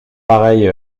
pareille